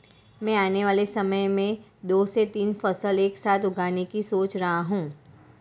मैं आने वाले समय में दो से तीन फसल एक साथ उगाने की सोच रहा हूं